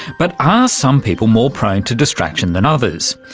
but are some people more prone to distraction than others?